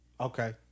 Okay